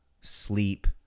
sleep